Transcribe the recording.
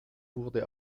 wurde